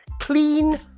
clean